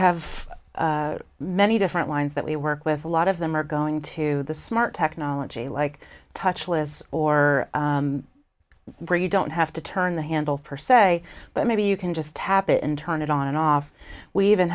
have many different lines that we work with a lot of them are going to the smart technology like touchless or you don't have to turn the handle per se but maybe you can just tap it and turn it on and off we even